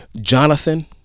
Jonathan